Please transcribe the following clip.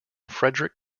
frederick